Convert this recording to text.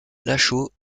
lachaud